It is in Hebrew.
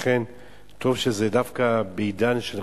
לכן טוב שהצעת החוק באה דווקא בעידן של רגיעה.